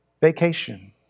vacation